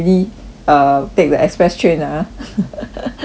uh take the express train ah